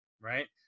right